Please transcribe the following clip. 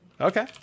Okay